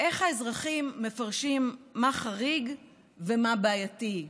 איך האזרחים מפרשים מה חריג ומה בעייתי,